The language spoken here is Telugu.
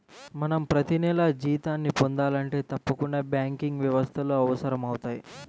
మనం ప్రతినెలా జీతాన్ని పొందాలంటే తప్పకుండా బ్యాంకింగ్ వ్యవస్థలు అవసరమవుతయ్